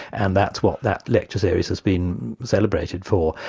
and that's what that lecture series has been celebrated for,